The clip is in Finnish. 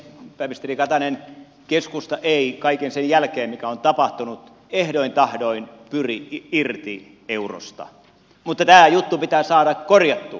pääministeri katainen keskusta ei kaiken sen jälkeen mitä on tapahtunut ehdoin tahdoin pyri irti eurosta mutta tämä juttu pitää saada korjattua